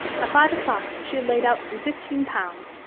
by five o'clock she had laid out some fifteen pounds,